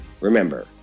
Remember